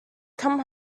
come